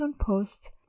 Post's